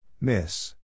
Miss